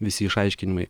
visi išaiškinimai